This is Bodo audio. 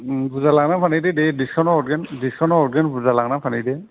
उम बुरजा लांनानै फानहैदो दे डिस्काउन्टआव हरगोन डिस्काउन्टआव हरगोन बुरजा लांनानै फानहैदो